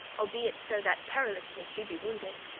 albeit so that perilously she be wounded,